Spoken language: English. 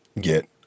get